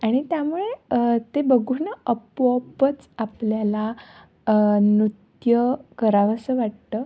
आणि त्यामुळे ते बघून आपोआपच आपल्याला नृत्य करावंसं वाटतं